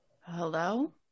Hello